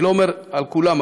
אני לא מדבר על כולם,